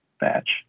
batch